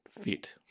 fit